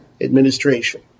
administration